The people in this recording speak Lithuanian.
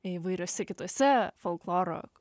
įvairiuose kituose folkloro